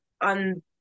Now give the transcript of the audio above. on